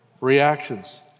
reactions